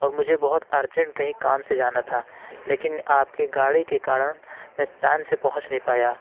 اور مجھے بہت ارجینٹ کہیں کام سے جانا تھا لیکن آپ کے گاڑی کے کارن میں ٹائم سے پہنچ نہیں پایا